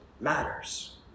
matters